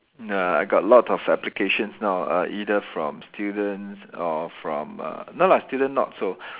nah I got a lot of applications now uh either from students or from uh no lah students not so